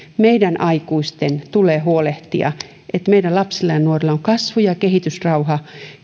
meidän aikuisten tulee huolehtia että meidän lapsilla ja nuorilla on kasvu ja kehitysrauha